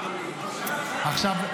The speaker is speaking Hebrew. עכשיו,